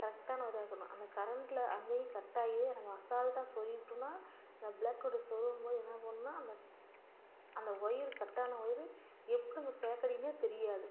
கரெக்டான ஒயர் இருக்கணும் அந்த கரண்டில் அங்கேயும் கட் ஆகி நம்ம அசால்டாக சொருகிவிட்டோன்னா அந்த ப்ளக் அப்படி சொருகும் போது என்ன பண்ணும்னால் அந்த அந்த ஒயரு கட் ஆனால் ஒயரு எப்படி நம்ம ஸேக் அடிக்குதுனே தெரியாது